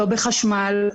לא בחשמל,